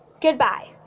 Goodbye